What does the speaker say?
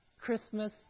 Christmas